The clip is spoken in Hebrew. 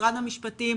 משרד המשפטים,